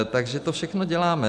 Takže to všechno děláme.